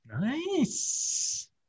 nice